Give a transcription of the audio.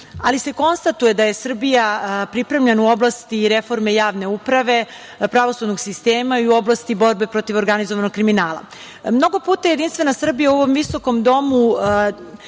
ali se konstatuje da je Srbija pripremljena u oblasti reforme javne uprave, pravosudnog sistema i u oblasti borbe protiv organizovanog kriminala. Mnogo puta je JS u ovom visokom domu